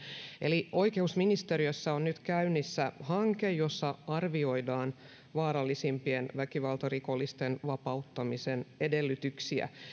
eli oikeusministeriössä on nyt käynnissä hanke jossa arvioidaan vaarallisimpien väkivaltarikollisten vapauttamisen edellytyksiä